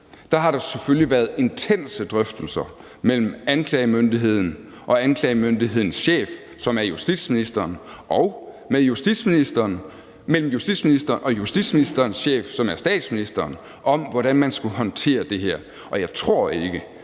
denne har der selvfølgelig været intense drøftelser mellem anklagemyndigheden og anklagemyndighedens chef, som er justitsministeren, og mellem justitsministeren og justitsministerens chef, som er statsministeren, om, hvordan man skulle håndtere det her. Og jeg tror ikke,